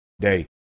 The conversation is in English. day